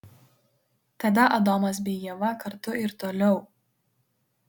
tada adomas bei ieva kartu ir toliau